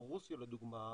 כמו רוסיה לדוגמה,